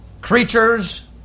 creatures